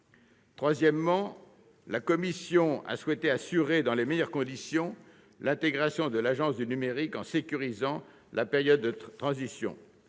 Troisièmement, la commission a souhaité assurer dans les meilleures conditions l'intégration de l'Agence du numérique, en sécurisant la période de transition.